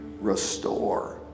restore